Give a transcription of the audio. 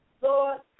Lord